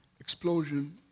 explosion